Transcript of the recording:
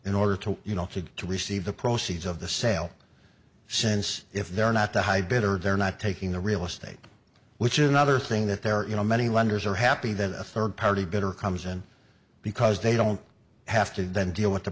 in order to you know to receive the proceeds of the sale since if they're not the high bidder they're not taking the real estate which is another thing that they're in many lenders are happy that a third party bid or comes in because they don't have to then deal with the